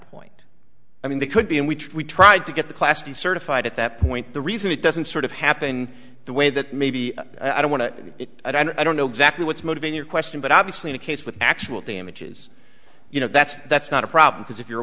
point i mean they could be in which we tried to get the class d certified at that point the reason it doesn't sort of happen the way that maybe i don't want to do it i don't know exactly what's motive in your question but obviously the case with actual damages you know that's that's not a problem because if you're